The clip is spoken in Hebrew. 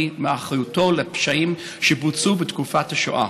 מאחריותו לפשעים שבוצעו בתקופת השואה.